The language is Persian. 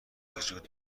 وجود